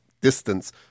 distance